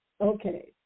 okay